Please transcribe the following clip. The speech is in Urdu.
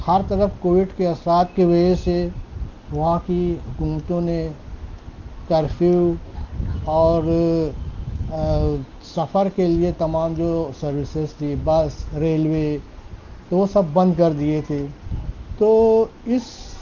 ہر طرف کووڈ کے اثرات کے وجہ سے وہاں کی حکومتوں نے کرفیو اور سفر کے لیے تمام جو سروسس تھی بس ریلوے وہ سب بند کر دیے تھے تو اس